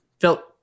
felt